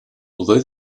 although